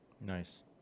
Nice